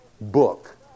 book